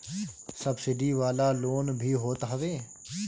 subsidy वाला loan भी होत हवे